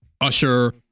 Usher